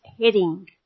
heading